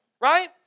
right